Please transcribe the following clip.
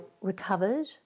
recovered